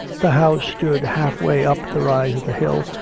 the house stood half-way up the rise of the hill,